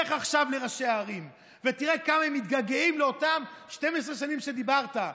לך עכשיו לראשי הערים ותראה כמה הם מתגעגעים לאותן 12 השנים שדיברת,